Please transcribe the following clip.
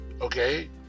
Okay